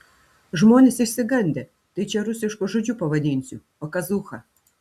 žmonės išsigandę tai čia rusišku žodžiu pavadinsiu pakazūcha